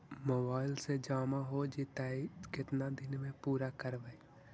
Mobile से जामा हो जैतय, केतना दिन में पुरा करबैय?